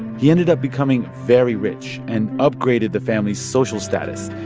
he ended up becoming very rich and upgraded the family's social status.